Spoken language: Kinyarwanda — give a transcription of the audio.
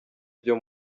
byo